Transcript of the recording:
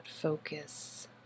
focus